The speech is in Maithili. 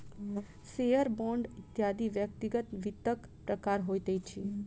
शेयर, बांड इत्यादि व्यक्तिगत वित्तक प्रकार होइत अछि